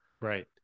Right